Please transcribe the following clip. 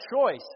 choice